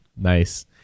Nice